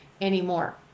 anymore